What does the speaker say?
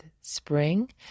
spring